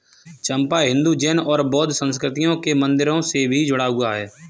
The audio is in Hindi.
चंपा हिंदू, जैन और बौद्ध संस्कृतियों के मंदिरों से भी जुड़ा हुआ है